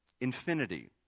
infinity